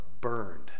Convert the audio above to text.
burned